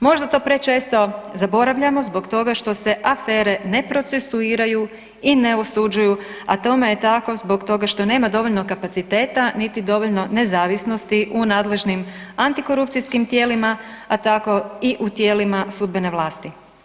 Možda to prečesto zaboravljamo zbog toga što se afere ne procesuiraju i ne osuđuju a tome je tako zbog toga što nema dovoljno kapaciteta niti dovoljno nezavisnosti u nadležnim antikorupcijskim tijelima a tako i u tijelima sudbene vlasti.